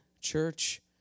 church